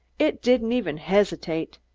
it didn't even hesitate.